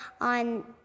on